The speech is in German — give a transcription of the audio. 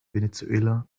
venezuela